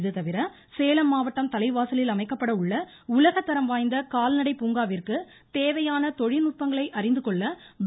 இதுதவிர சேலம் மாவட்டம் தலைவாசலில் அமைக்கப்படவுள்ள உலகத்தரம் வாய்ந்த கால்நடை பூங்காவிற்கு தேவையான தொழில்நுட்பங்களை அறிந்து கொள்ள ப